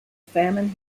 famine